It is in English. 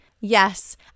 Yes